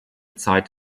zeit